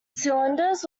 cylinders